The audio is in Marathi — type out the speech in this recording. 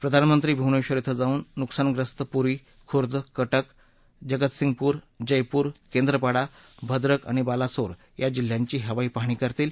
प्रधानमंत्री भुवनेबर क्वे जाऊन नुकसानग्रस्त पुरी खुई कटक जगतसिंगपूर जयपूर केंद्रपाडा भद्रक आणि बालासोर या जिल्ह्यांची हवाई पाहणी करतील